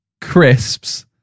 crisps